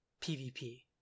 PvP